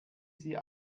sie